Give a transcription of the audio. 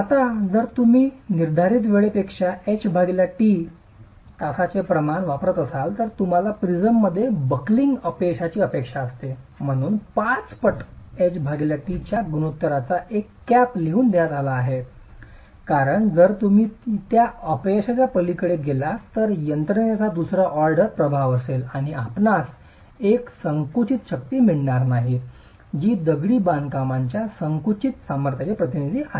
आता जर तुम्ही निर्धारित वेळपेक्षा जास्त h t तासाचे प्रमाण वापरत असाल तर तुम्हाला प्रिझममध्ये बकलिंग अपयशाची अपेक्षा आहे म्हणूनच 5 पट h t च्या गुणोत्तरांचा एक कॅप लिहून देण्यात आला आहे कारण जर तुम्ही त्या अपयशाच्या पलीकडे गेलात तर यंत्रणेचा दुसरा ऑर्डर प्रभाव असेल आणि आपणास एक संकुचित शक्ती मिळणार नाही जी दगडी बांधकामाच्या संकुचित सामर्थ्याचे प्रतिनिधी आहे